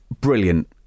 brilliant